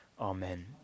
Amen